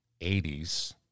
80s